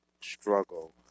struggle